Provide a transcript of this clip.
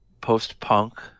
post-punk